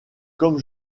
comme